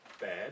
bad